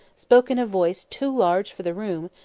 spoke in a voice too large for the room,